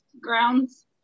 grounds